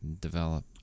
develop